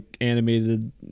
animated